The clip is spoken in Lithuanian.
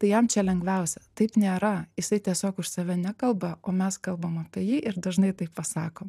tai jam čia lengviausia taip nėra jisai tiesiog už save nekalba o mes kalbam apie jį ir dažnai taip pasakom